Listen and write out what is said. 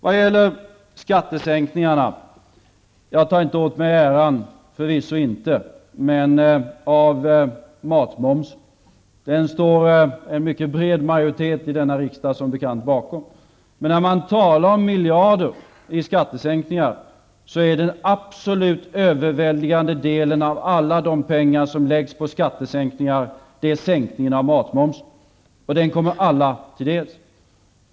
Vad gäller skattesänkningarna tar jag förvisso inte åt mig äran när det gäller matmomsen. Där står som bekant en mycket bred majoritet i denna riksdag bakom beslutet. Men vad gäller miljarder i skattesänkningar utgörs den absolut överväldigande delen av alla de pengar som läggs på skattesänkningarna av sänkningen av matmomsen. Den kommer alla till del.